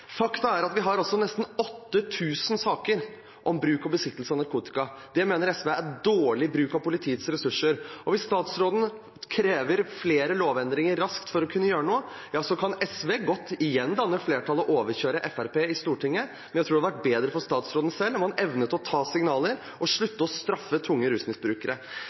er at vi har nesten 8 000 saker om bruk og besittelse av narkotika. Det mener SV er dårlig bruk av politiets ressurser. Hvis statsråden krever flere lovendringer raskt for å kunne gjøre noe, kan SV godt igjen danne flertall og overkjøre Fremskrittspartiet i Stortinget. Men jeg tror det hadde vært bedre for statsråden selv om han evnet å ta signaler og slutter å straffe tunge rusmisbrukere.